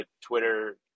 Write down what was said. Twitter